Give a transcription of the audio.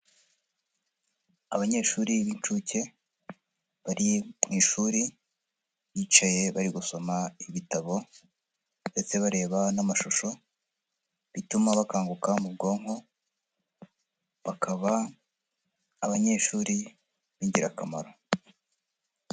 Abanyeshuri b'inshuke bari mu ishuri, bicaye bari gusoma ibitabo ndetse bareba n'amashusho bituma bakanguka mu bwonko, bakaba abanyeshuri b'ingirakamaro.